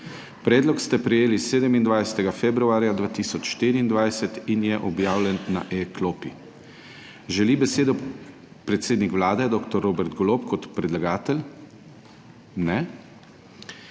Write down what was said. Predlog ste prejeli 27. februarja 2024 in je objavljen na e-klopi. Želi besedo predsednik Vlade dr. Robert Golob kot predlagatelj? Ne.